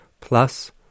plus